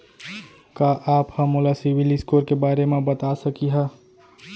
का आप हा मोला सिविल स्कोर के बारे मा बता सकिहा?